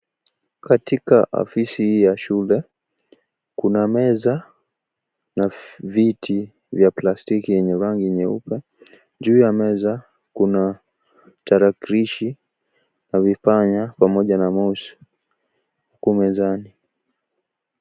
Katika afisi hii ya shule kuna meza na viti vya plastiki yenye rangi nyeupe ,juu ya meza kuna tarakilishi na vipanya pamoja mouse na huku mezani.